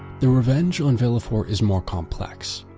the revenge on villefort is more complex.